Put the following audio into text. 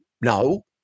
No